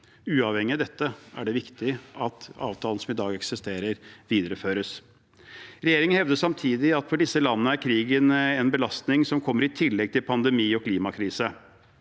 Uavhengig av dette er det viktig at avtalen som i dag eksisterer, videreføres. Regjeringen hevder samtidig at for disse landene er krigen en belastning som kommer i tillegg til pandemi og klimakrise.